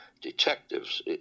detectives